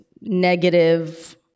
negative